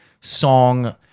song